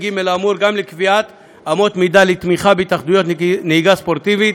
ג' האמור גם קביעת אמות מידה לתמיכה בהתאחדויות נהיגה ספורטיבית.